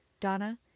Donna